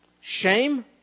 shame